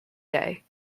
day